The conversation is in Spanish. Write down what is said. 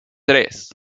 tres